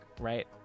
right